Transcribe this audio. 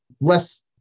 less